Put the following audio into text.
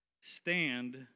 stand